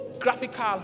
Graphical